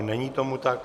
Není tomu tak.